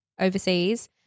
overseas